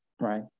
right